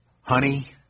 Honey